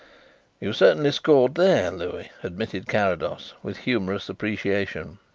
you certainly scored there, louis, admitted carrados, with humorous appreciation.